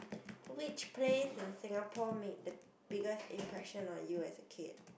which place in Singapore make the biggest impression on you as a kid